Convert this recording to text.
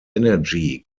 energy